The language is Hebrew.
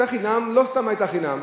לא סתם היתה חינם.